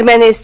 दरम्यान एस